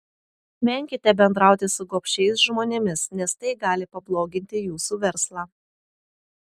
venkite bendrauti su gobšiais žmonėmis nes tai gali pabloginti jūsų verslą